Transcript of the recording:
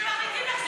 שמחליטים,